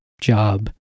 job